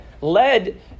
led